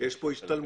יש פה השתלמויות,